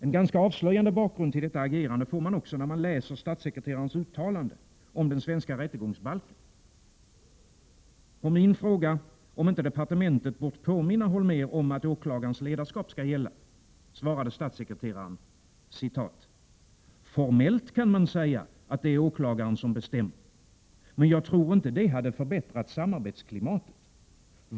En avslöjande bakgrund till detta agerande får man när man läser statssekreterarens uttalande om den svenska rättegångsbalken. På min fråga om inte departementet bort påminna Holmér om att åklagarens ledarskap skall gälla, svarade statssekreteraren: ”Formellt kan man säga att det är åklagaren som bestämmer, men jag tror inte det hade förbättrat samarbetsklimatet.